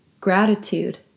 gratitude